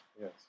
Yes